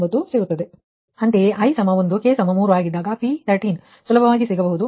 ಅಂತೆಯೇ ನಿಮ್ಮ i 1 k 3 ಆಗಿದ್ದಾಗ P13 ಸುಲಭವಾಗಿ ನಿಮಗೆ ಸಿಗಬಹುದು